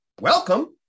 Welcome